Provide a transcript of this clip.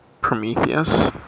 Prometheus